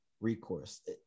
recourse